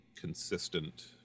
consistent